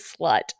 slut